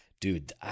Dude